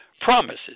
promises